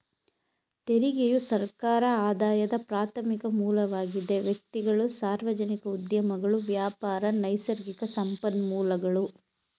ತೆರಿಗೆಯು ಸರ್ಕಾರ ಆದಾಯದ ಪ್ರಾರ್ಥಮಿಕ ಮೂಲವಾಗಿದೆ ವ್ಯಕ್ತಿಗಳು, ಸಾರ್ವಜನಿಕ ಉದ್ಯಮಗಳು ವ್ಯಾಪಾರ, ನೈಸರ್ಗಿಕ ಸಂಪನ್ಮೂಲಗಳು